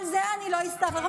על זה אני לא אסלח.